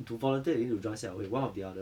to volunteer you need to join 校会 one of the other